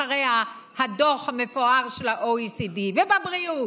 אחרי הדוח המפואר של ה-OECD, ובבריאות.